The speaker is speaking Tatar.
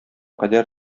кадәр